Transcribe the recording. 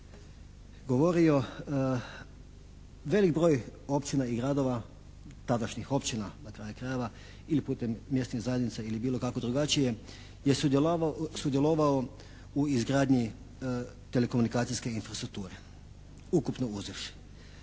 govorio, velik broj općina i gradova, tadašnjih općina na kraju krajeva ili putem mjesnih zajednica ili bilo kako drugačije je sudjelovao u izgradnji telekomunikacijske infrastrukture, ukupno uzevši.